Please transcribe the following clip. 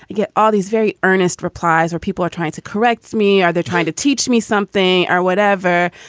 get all these very earnest replies or people are trying to correct me or they're trying to teach me something or whatever.